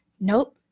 Nope